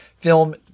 film